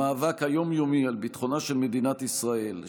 המאבק היום-יומי על ביטחונה של מדינת ישראל,